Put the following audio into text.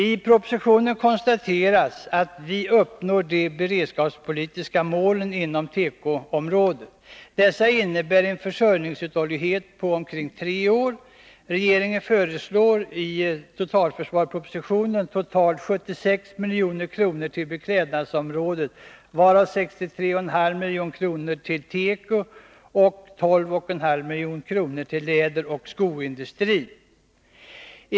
I propositionen konstateras att vi uppnår de beredskapspolitiska målen inom tekoområdet. Detta innebär en försörjningsuthållighet på omkring tre år. Regeringen föreslår i totalförsvarspropositionen totalt 76 milj.kr. till beklädnadsområdet, varav 63,5 milj.kr. till teko samt 12,5 milj.kr. till läderoch skoindustrin.